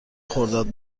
خرداد